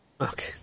Okay